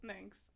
Thanks